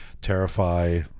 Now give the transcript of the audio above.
terrify